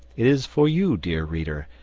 it is for you, dear reader,